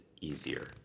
easier